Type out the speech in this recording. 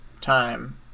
time